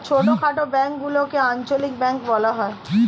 ছোটখাটো ব্যাঙ্কগুলিকে আঞ্চলিক ব্যাঙ্ক বলা হয়